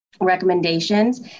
recommendations